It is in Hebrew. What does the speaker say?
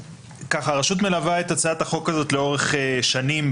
הרשות מלווה את הצעת החוק הזו לאורך שנים,